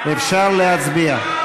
אפשר להצביע.